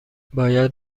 باید